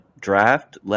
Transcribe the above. draft